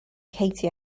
katie